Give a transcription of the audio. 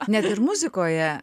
net ir muzikoje